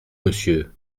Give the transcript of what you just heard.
monsieur